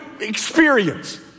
experience